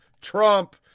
Trump